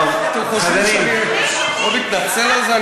אתם חושבים שאני מתנצל על זה?